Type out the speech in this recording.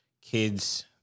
kids